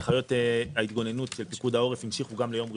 הנחיות ההתגוננות של פיקוד העורף המשיכו גם ליום ראשון,